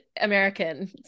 American